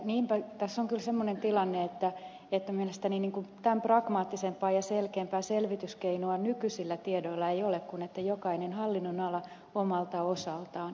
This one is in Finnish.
niinpä tässä on kyllä semmoinen tilanne että mielestäni tämän pragmaattisempaa ja selkeämpää selvityskeinoa nykyisillä tiedoilla ei ole kuin että jokainen hallinnonala omalta osaltaan selvittää